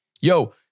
Yo